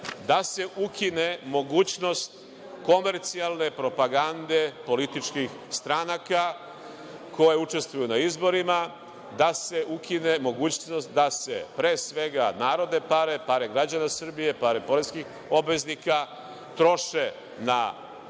da se ukine mogućnost komercijalne propagande političkih stranaka koje učestvuju na izborima, da se ukine mogućnost da se, pre svega, narodne pare, pare građana Srbije, pare poreskih obveznika troše na ovu